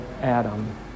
Adam